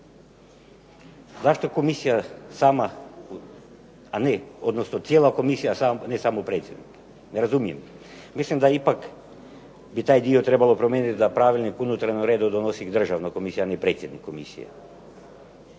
Zašto komisija sama, a ne odnosno tijela komisije, a ne samo predsjednik. Ne razumijem. Mislim da ipak bi taj dio trebalo promijeniti, da Pravilnik o unutarnjem redu donosi državna komisija, a ne predsjednik komisije.